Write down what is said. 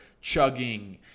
chugging –